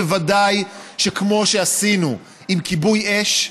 ודאי שכמו שעשינו עם כיבוי אש,